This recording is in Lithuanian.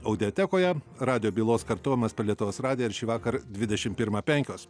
audiotekoje radijo bylos kartojimas per lietuvos radiją ir šįvakar dvidešimt pirmą penkios